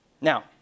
Now